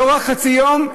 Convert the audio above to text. ולא רק חצי יום,